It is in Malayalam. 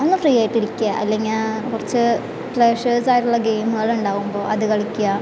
ഒന്ന് ഫ്രീയായിട്ട് ഇരിക്കുക അല്ലെങ്കിൽ കുറച്ച് പ്ലെഷേർസായിട്ടുള്ള ഗെയിമുകളുണ്ടാവുമ്പോൾ അത് കളിക്കുക